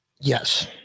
Yes